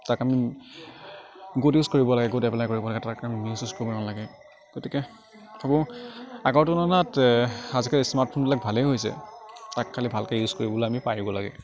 তাক আমি good use কৰিব লাগে গুড এপ্লাই কৰিব লাগে তাক আমি মিচ ইউজ কৰিব নালাগে গতিকে সেইবোৰ আগৰ তুলনাত আজিকালি স্মাৰ্টফোনবিলাক ভালেই হৈছে তাক খালী ভালকৈ ইউজ কৰিবলৈ আমি পাৰিব লাগে